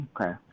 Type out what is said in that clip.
Okay